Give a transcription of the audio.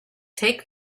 take